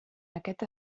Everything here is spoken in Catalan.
aquest